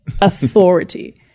authority